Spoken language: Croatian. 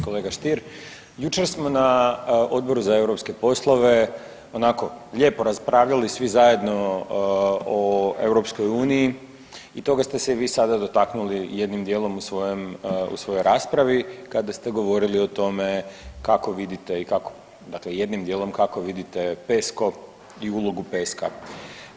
Kolega Stier, jučer smo na Odboru za europske poslove onako lijepo raspravljali svi zajedno o EU i toga ste se i vi sada dotaknuli jednim dijelom u svojem, u svojoj raspravi kada ste govorili o tome kako vidite i kako, dakle jednim dijelom kako vidite PESCO i ulogu PESCO-a.